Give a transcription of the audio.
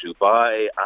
Dubai